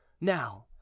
now